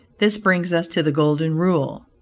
this brings us to the golden rule,